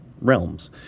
Realms